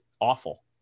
awful